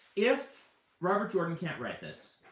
if robert jordan can't write this,